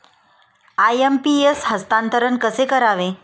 IMPS हस्तांतरण कसे करावे?